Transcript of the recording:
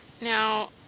Now